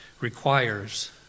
requires